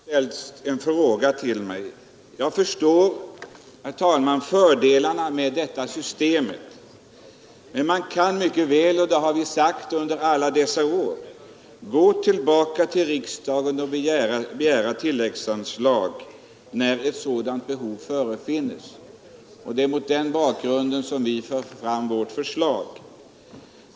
Herr talman! Det har ställts en fråga till mig. Jag förstår, herr talman, fördelarna med detta system, men man kan mycket väl — och det har vi sagt under alla dessa år — gå tillbaka till riksdagen och begära tilläggsanslag när ett sådant behov uppstår. Det är mot den bakgrunden vi lägger fram vårt förslag.